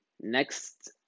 next